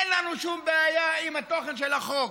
אין לנו שום בעיה עם התוכן של החוק,